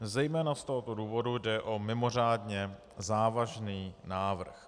Zejména z tohoto důvodu jde o mimořádně závažný návrh.